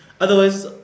Otherwise